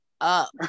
up